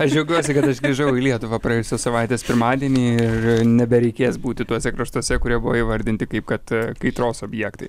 aš džiaugiuosi kad aš grįžau į lietuvą praėjusios savaitės pirmadienį ir nebereikės būti tuose kraštuose kurie buvo įvardinti kaip kad kaitros objektai